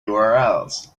urls